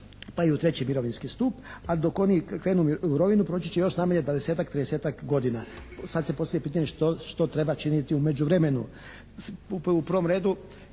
pa i u treći mirovinski stup a dok oni krenu u mirovinu proći će još najmanje 20-30 godina. Sad se postavlja pitanje što treba činiti u međuvremenu?